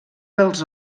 dels